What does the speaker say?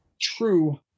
true